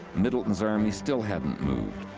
middleton's army still hadn't moved.